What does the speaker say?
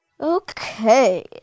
Okay